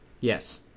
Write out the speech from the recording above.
Yes